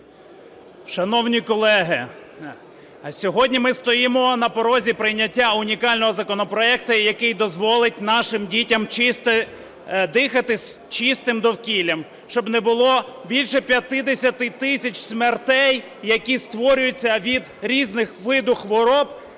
Шановні колеги, сьогодні ми стоїмо на порозі прийняття унікального законопроекту, який дозволить нашим дітям дихати чистим довкіллям, щоб не було більше 50 тисяч смертей, які створюються від різних видів хвороб,